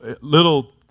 little